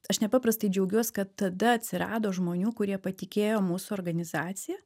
aš nepaprastai džiaugiuos kad tada atsirado žmonių kurie patikėjo mūsų organizacija